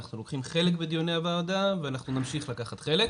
אנחנו לוקחים חלק בדיוני הוועדה ואנחנו נמשיך לקחת חלק